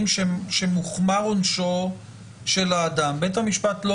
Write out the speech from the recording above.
מסוימים ומוחמר עונשו של האדם ובית המשפט לא